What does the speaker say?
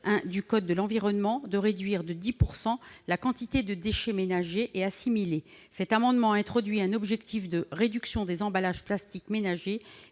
du code de l'environnement de réduire de 10 % la quantité de déchets ménagers et assimilés, cet amendement a pour objet d'introduire un objectif de réduction des emballages plastiques ménagers